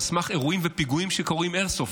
סמך אירועים ופיגועים שקרו עם איירסופט,